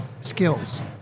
skills